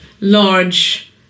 large